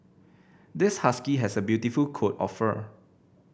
this husky has a beautiful coat of fur